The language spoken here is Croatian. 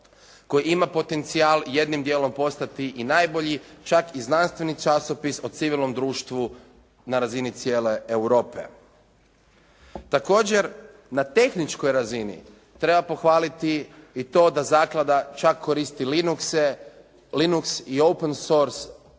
koji ima potencijal jednim djelom postati i najbolji, čak i znanstveni časopis o civilnom društvu na razini cijele Europe. Također, na tehničkoj razini treba pohvaliti i to da zaklada čak koristi "linux" i "open source" programe,